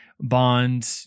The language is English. Bond